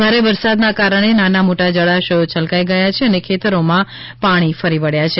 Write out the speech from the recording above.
ભારે વરસાદના કારણે નાના મોટા જળાશયો છલકાઇ ગયાં છે અને ખેતરોમાં પાણી ફરી વબ્યાં છે